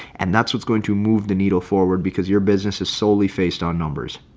and that's what's going to move the needle forward because your business is solely based on numbers.